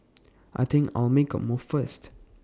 I think I'll make A move first